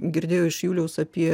girdėjau iš juliaus apie